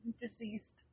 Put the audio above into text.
deceased